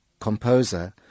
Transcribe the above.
composer